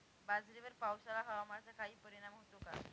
बाजरीवर पावसाळा हवामानाचा काही परिणाम होतो का?